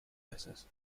veces